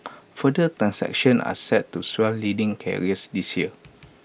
further transactions are set to swell leading carriers this year